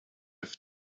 have